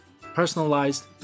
personalized